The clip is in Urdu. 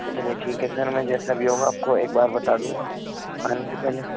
چلیے ٹھیک ہے سر میں جیسا بھی ہوگا آپ کو ایک بار بتا دوں گا آنے سے پہلے